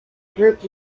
group